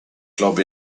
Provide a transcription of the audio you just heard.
club